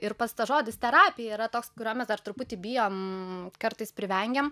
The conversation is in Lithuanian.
ir pats tas žodis terapija yra toks kurio mes dar truputį bijom kartais privengiam